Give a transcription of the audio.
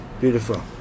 Beautiful